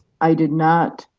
i did not.